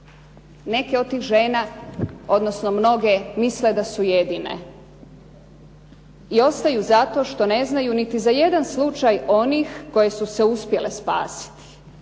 Neke od tih žena, odnosno mnoge misle da su jedine i ostaju zato što ne znaju niti za jedan slučaj onih koje su se uspjele spasiti.